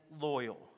loyal